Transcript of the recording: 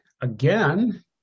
again